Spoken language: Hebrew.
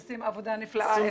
הם עושים עבודה נפלאה.